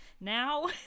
now